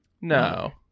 No